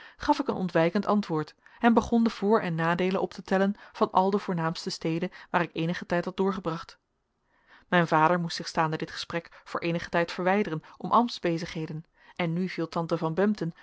gaf ik een ontwijkend antwoord en begon de voor en nadeelen op te tellen van al de voornaamste steden waar ik eenigen tijd had doorgebracht mijn vader moest zich staande dit gesprek voor eenigen tijd verwijderen om ambtsbezigheden en nu viel tante van